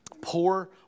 Poor